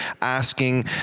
asking